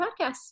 podcast